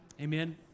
amen